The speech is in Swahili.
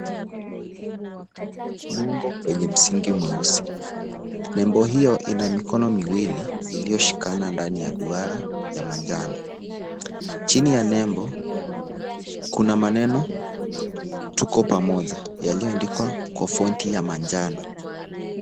Nembo kwenye msingi mweusi. Nembo hiyo ina mikono miwili iliyoshikana ndani ya duara ya manjano. Chini ya nembo kuna maneno tuko pamoja yaliyoandikwa kwa fonti ya manjano.